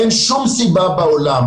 אין שום סיבה בעולם,